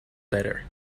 better